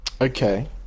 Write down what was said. Okay